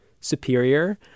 superior